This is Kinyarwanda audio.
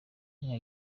umwe